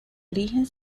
origen